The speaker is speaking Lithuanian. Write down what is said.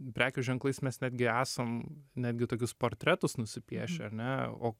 prekių ženklais mes netgi esam netgi tokius portretus nusipiešę ar ne o